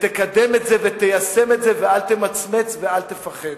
ותקדם את זה ותיישם את זה ואל תמצמץ ואל תפחד.